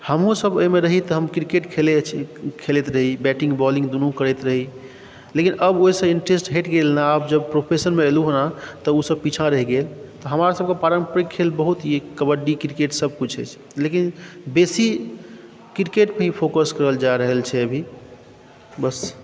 हमहूँ सब ओहिमे रही तऽ हम किरकेट खेलै अछि खेलैत रही बैटिङ्ग बॉलिङ्ग दुनू करैत रही लेकिन अब ओहिसँ इन्टरेस्ट हटि गेल ने आब जब प्रोफेशनमे अएलहुँ तऽ ओ सब पीछाँ रहि गेल तऽ हमरा सबके पारम्परिक खेल बहुत ही कबड्डी क्रिकेट सबकिछु अछि लेकिन बेसी क्रिकेट ही फोकस करल जा रहल छै अभी बस